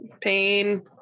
Pain